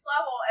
level